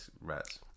rats